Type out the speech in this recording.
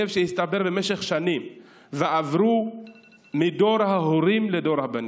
שהצטברו במשך שנים ועברו מדור ההורים לדור הבנים.